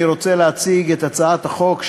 אני רוצה להציג את הצעת החוק,